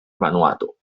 vanuatu